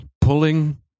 pulling